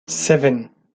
seven